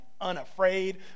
unafraid